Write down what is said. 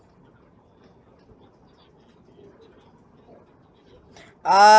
ah